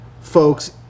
folks